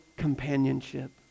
companionship